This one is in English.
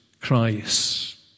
Christ